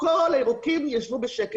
כל הירוקים ישבו בשקט.